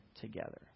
together